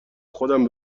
خودم